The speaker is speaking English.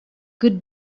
good